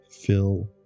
fill